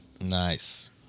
Nice